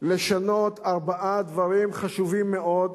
לשנות ארבעה דברים חשובים מאוד,